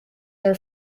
are